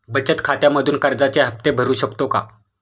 बचत खात्यामधून कर्जाचे हफ्ते भरू शकतो का?